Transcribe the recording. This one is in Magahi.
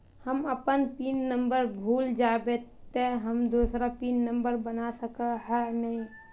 हम अपन पिन नंबर भूल जयबे ते हम दूसरा पिन नंबर बना सके है नय?